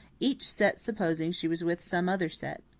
each set supposing she was with some other set.